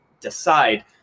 decide